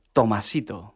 Tomasito